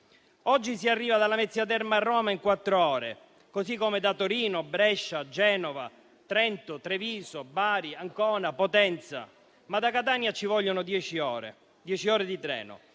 Oggi si arriva da Lamezia Terme a Roma in quattro ore, così come da Torino, Brescia, Genova, Trento, Treviso, Bari, Ancona, Potenza, ma da Catania ci vogliono dieci ore di treno.